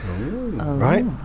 Right